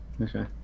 Okay